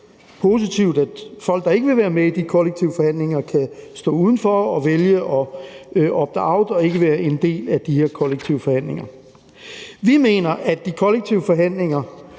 positivt, at folk, der ikke vil være med i de kollektive forhandlinger, kan stå udenfor og vælge at opte out og ikke være en del af de her kollektive forhandlinger. Vi mener, at de kollektive forhandlinger